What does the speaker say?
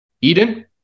Eden